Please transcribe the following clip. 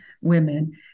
women